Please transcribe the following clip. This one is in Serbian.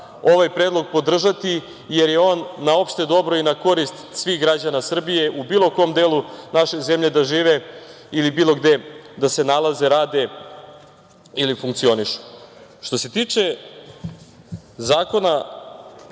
ovaj predlog podržati, jer je on na opšte dobro i na korist svih građana Srbije u bilo kom delu naše zemlje da žive ili bilo gde da se nalaze, rade ili funkcionišu. Što se tiče zakona